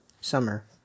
summer